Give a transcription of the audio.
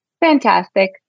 fantastic